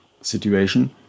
situation